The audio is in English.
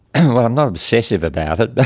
i'm not obsessive about it.